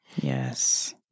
Yes